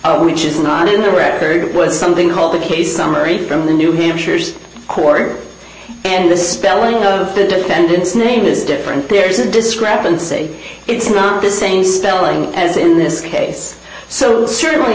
obtain which is not in the record was something called the case summary from the new hampshire's court and the spelling of the defendant's name is different there's a discrepancy it's not the same stelling as in this case so ser